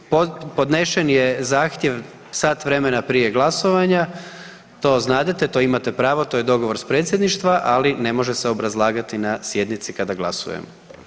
Podnesen je zahtjev sat vremena prije glasovanja, to znadete to imate pravo, to je dogovor s predsjedništva, ali ne može se obrazlagati na sjednici kada glasujemo.